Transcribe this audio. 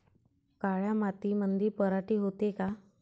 काळ्या मातीमंदी पराटी होते का?